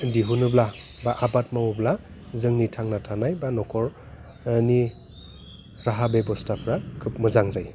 दिहुनोब्ला बा आबाद मावोब्ला जोंनि थांना थानाय बा न'खरनि राहा बेबस्थाफ्रा खोब मोजां जायो